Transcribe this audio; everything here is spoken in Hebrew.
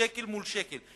שקל מול שקל,